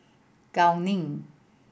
Gao Ning